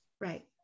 Right